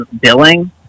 billing